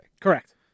Correct